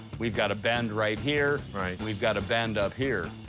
we've got a bend right here. right. we've got a bend up here.